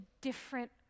different